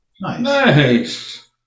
Nice